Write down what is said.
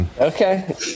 okay